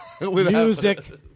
music